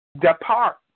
Depart